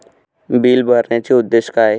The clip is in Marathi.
बिल भरण्याचे उद्देश काय?